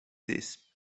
this